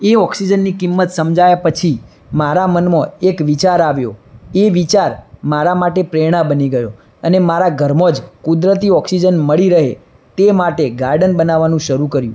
એ ઓક્સિજનની કિંમત સમજાયા પછી મારા મનમાં એક વિચાર આવ્યો એ વિચાર મારા માટે પ્રેરણા બની ગયો અને મારા ઘરમાં જ કુદરતી ઓક્સિજન મળી રહે તે માટે ગાર્ડન બનાવવાનું શરૂ કર્યું